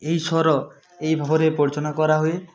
ଏଇ ଶୋର ଏଇ ପରିଚାଳଣା କରାହୁଏ